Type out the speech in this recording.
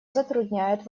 затрудняют